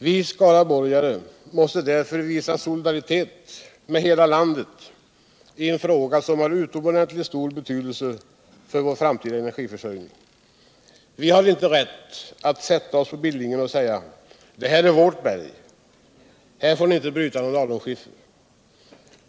Vi skaraborgare måste dirför visa solidaritet med hela landet i en fråga som har utomordentligt stor betydelse för vår framtida energiförsörjning. Vi har inte rätt att sätta oss på Billingen och säga: detta är vårt berg — här får ni inte bryta någon alunskiffer.